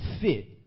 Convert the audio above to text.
fit